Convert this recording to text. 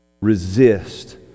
Resist